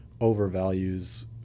overvalues